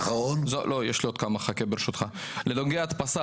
בעניין ההדפסה,